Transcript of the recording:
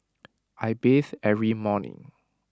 I bathe every morning